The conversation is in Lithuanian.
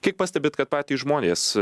kaip pastebit kad patys žmonės